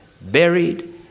buried